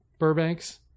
Burbanks